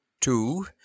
Two